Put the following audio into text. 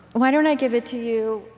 why don't i give it to you,